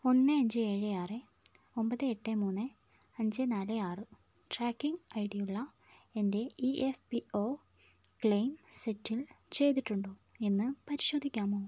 ഒന്ന് അഞ്ച് ഏഴ് ആറ് ഒമ്പത് എട്ട് മൂന്ന് അഞ്ച് നാല് ആറ് ട്രാക്കിംഗ് ഐ ഡിയുള്ള എൻ്റെ E F P O claim settle ചെയ്തിട്ടുണ്ടോ എന്ന് പരിശോധിക്കാമോ